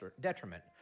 detriment